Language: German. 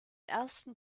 ersten